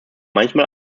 manchmal